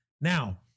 Now-